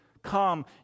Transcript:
Come